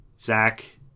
Zach